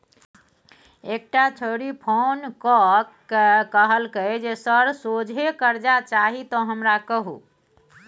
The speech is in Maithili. एकटा छौड़ी फोन क कए कहलकै जे सर सोझे करजा चाही त हमरा कहु